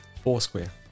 Foursquare